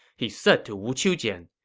he said to wu qiujian,